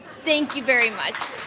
thank you very much.